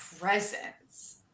presence